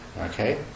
Okay